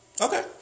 okay